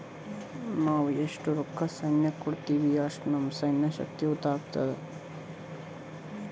ನಾವ್ ಎಸ್ಟ್ ರೊಕ್ಕಾ ಸೈನ್ಯಕ್ಕ ಕೊಡ್ತೀವಿ, ಅಷ್ಟ ನಮ್ ಸೈನ್ಯ ಶಕ್ತಿಯುತ ಆತ್ತುದ್